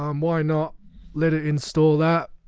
um why not let it install that